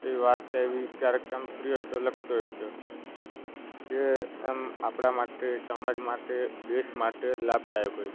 એવી વાર્તા એવી ક્યારેક આમ ફ્રી હોય તો લખતો હોય છે જે એમ આપણા માટે સમાજ માટે દેશ માટે લાભદાયક હોય છે